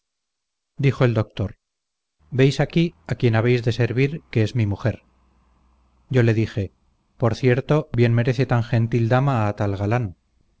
dijo el doctor veis aquí a quien habéis de servir que es mi mujer yo le dije por cierto bien merece tan gentil dama a tal galán